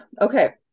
Okay